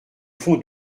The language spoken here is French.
fond